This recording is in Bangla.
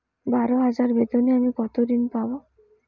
বারো হাজার বেতনে আমি কত ঋন পাব?